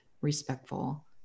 respectful